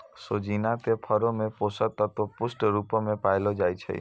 सोजिना के फरो मे पोषक तत्व पुष्ट रुपो मे पायलो जाय छै